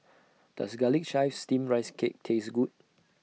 Does Garlic Chives Steamed Rice Cake Taste Good